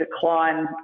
decline